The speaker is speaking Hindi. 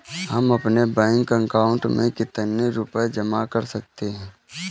हम अपने बैंक अकाउंट में कितने रुपये जमा कर सकते हैं?